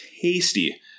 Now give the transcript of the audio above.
tasty